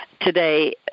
today